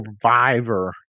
survivor